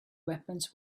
weapons